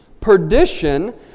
Perdition